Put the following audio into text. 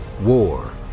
War